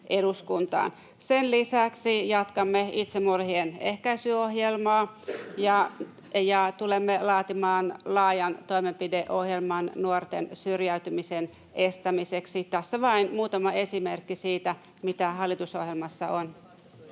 Sen lisäksi jatkamme itsemurhien ehkäisyohjelmaa ja tulemme laatimaan laajan toimenpideohjelman nuorten syrjäytymisen estämiseksi. Tässä vain muutama esimerkki siitä, mitä hallitusohjelmassa on.